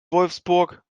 wolfsburg